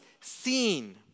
seen